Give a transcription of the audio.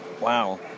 Wow